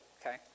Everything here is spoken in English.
Okay